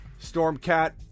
Stormcat